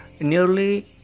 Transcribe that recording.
Nearly